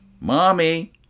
mommy